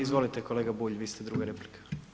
Izvolite kolega Bulj, vi ste druga replika.